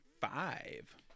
five